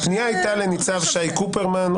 הפנייה הייתה לניצב שי קופרמן,